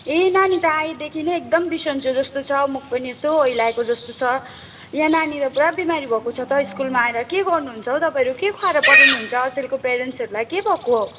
ए नानी त आएदेखि नै एकदम बिसन्चो छ जस्तो छ मुख पनि यसो ओइलाएको जस्तो छ या नानी पुरा बिमारी भएको छ त स्कुलमा आएर के गर्नु हुन्छ हौ तपाईँहरू के खुवाएर पठाउनुहुन्छ अचेलको पेरेन्ट्सहरूलाई के भएको